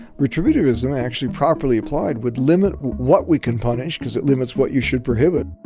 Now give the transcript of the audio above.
retributive isn't actually properly applied, would limit what we can punish because it limits what you should prohibit